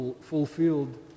fulfilled